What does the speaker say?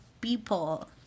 people